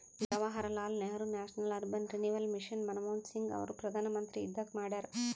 Jawaharlal Nehru national urban renewal mission Manmohan Singh ಅವರು ಪ್ರಧಾನ್ಮಂತ್ರಿ ಇದ್ದಾಗ ಮಾಡ್ಯಾರ್